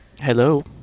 Hello